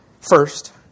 First